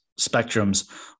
spectrums